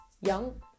Young